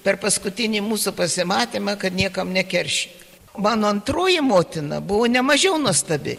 per paskutinį mūsų pasimatymą kad niekam nekeršyk mano antroji motina buvo nemažiau nuostabi